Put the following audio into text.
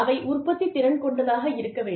அவை உற்பத்தித் திறன் கொண்டதாக இருக்க வேண்டும்